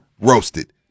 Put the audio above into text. roasted